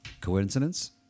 Coincidence